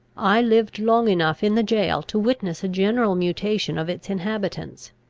i lived long enough in the jail to witness a general mutation of its inhabitants.